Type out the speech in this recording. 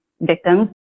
victims